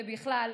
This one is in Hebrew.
ובכלל,